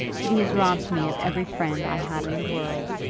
but he has robbed me of every friend i had in the world,